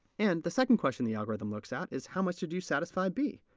and the second question the algorithm looks at is how much did you satisfy b?